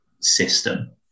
system